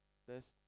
test